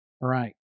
right